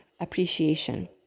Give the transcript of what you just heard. appreciation